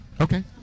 Okay